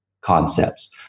concepts